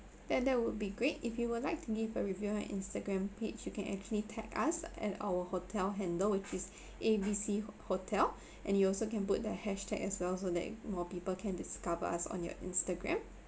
then that would be great if you would like to give a review on instagram page you can actually tag us at our hotel handle which is A B C ho~ hotel and you also can put the hashtag as well so that more people can discover us on your instagram